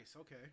Okay